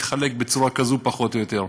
התחלק בצורה כזאת פחות או יותר: